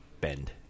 bend